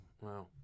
Wow